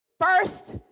first